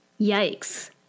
Yikes